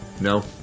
no